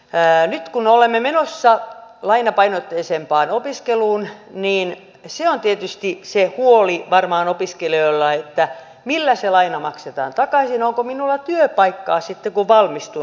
nyt kun olemme menossa lainapainotteisempaan opiskeluun niin se on tietysti se huoli varmaan opiskelijoilla että millä se laina maksetaan takaisin onko minulla työpaikkaa sitten kun valmistun